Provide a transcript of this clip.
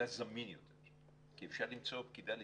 זמין יותר כי אפשר למצוא עובדת סוציאלית